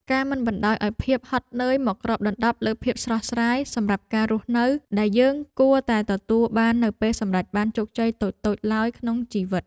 ការមិនបណ្ដោយឱ្យភាពហត់នឿយមកគ្របដណ្ដប់លើភាពស្រស់ស្រាយសម្រាប់ការរស់នៅដែលយើងគួរតែទទួលបាននៅពេលសម្រេចបានជោគជ័យតូចៗឡើយក្នុងជីវិត។